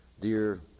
Dear